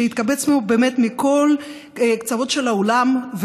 התקבצנו באמת מכל הקצוות של העולם,